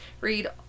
read